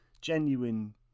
genuine